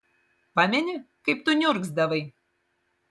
pameni kaip tu niurgzdavai